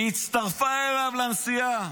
היא הצטרפה אליו לנסיעה,